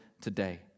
today